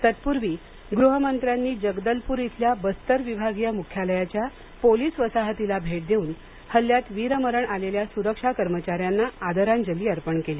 तत्पूर्वी गृहमंत्र्यांनी जगदलपूर इथल्या बस्तर विभागीय मुख्यालयाच्या पोलीस वसाहतीला भेट देऊन हल्ल्यात वीरमरण आलेल्या सुरक्षा कर्मचाऱ्यांना आदरांजली अर्पण केली